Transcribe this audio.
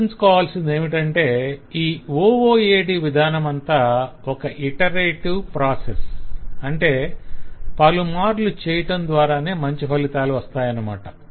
గుర్తుంచుకోవాల్సింది ఏమిటంటే ఈ OOAD విధానమంతా ఒక ఇటరేటివ్ ప్రాసెస్ - అంటే పలు మార్లు చేయటం ద్వారానే మంచి ఫలితాలు వస్తాయన్నమాట